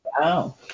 Wow